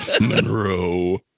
Monroe